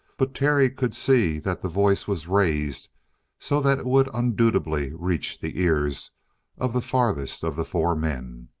but terry could see that the voice was raised so that it would undubitably reach the ears of the farthest of the four men.